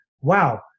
wow